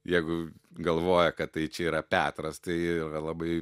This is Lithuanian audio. jeigu galvoja kad tai čia yra petras tai labai